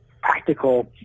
practical